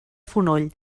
fonoll